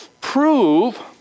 prove